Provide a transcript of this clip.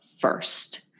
first